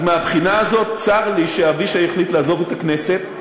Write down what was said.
אז מהבחינה הזאת צר לי שאבישי החליט לעזוב את הכנסת,